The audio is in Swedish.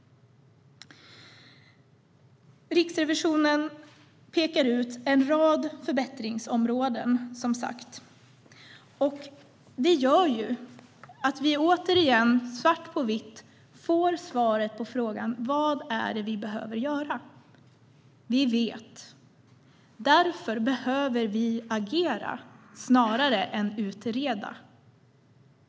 Riksrevisionen pekar ut en rad förbättringsområden. Det gör att vi återigen, svart på vitt, får svaret på frågan om vad vi behöver göra. Vi vet vad som behöver göras, och därför behöver vi agera snarare än utreda.